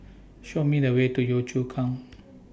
Show Me The Way to Yio Chu Kang